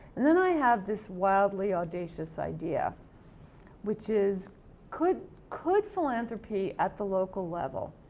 and then, i have this wildly audacious idea which is could could philanthropy at the local level